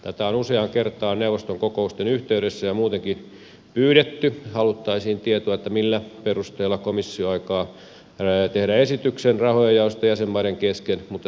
tätä on useaan kertaan neuvoston kokousten yhteydessä ja muutenkin pyydetty haluttaisiin tietoa siitä millä perusteilla komissio aikoo tehdä esityksen rahojen jaosta jäsenmaiden kesken mutta sitä esitystä ei ole saatu